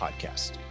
podcast